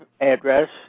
address